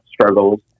struggles